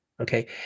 Okay